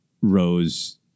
Rose